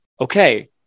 okay